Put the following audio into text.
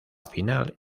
final